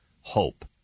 hope